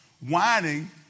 whining